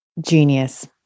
Genius